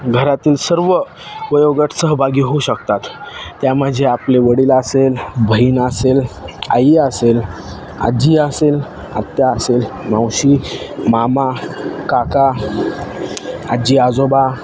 घरातील सर्व वयोगट सहभागी होऊ शकतात त्यामध्ये आपले वडील असेल बहीण असेल आई असेल आज्जी असेल आत्या असेल मावशी मामा काका आज्जी आजोबा